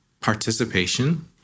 participation